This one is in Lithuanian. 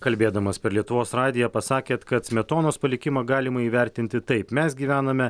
kalbėdamas per lietuvos radiją pasakėt kad smetonos palikimą galima įvertinti taip mes gyvename